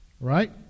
right